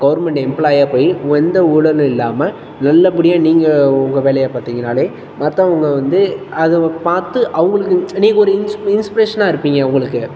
government எம்ப்ளாயியா போய் எந்த ஊழலும் இல்லாமல் நல்லபடியாக நீங்கள் உங்கள் வேலையை பார்த்தீங்கன்னாலே மற்றவங்க வந்து அது பார்த்து அவங்களுக்கு நீங்கள் ஒரு இன்ஸ் இன்ஸ்பிரேஷனாக இருப்பீங்க அவங்களுக்கு